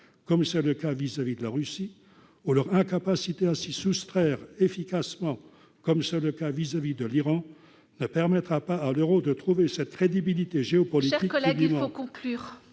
comme ça le cas vis-à-vis de la Russie, on leur incapacité à s'y soustraire efficacement comme ça le cas vis-à-vis de l'Iran permettra pas à l'Euro de trouver cette crédibilité GO pour. Chers collègues